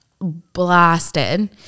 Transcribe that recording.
blasted